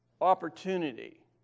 opportunity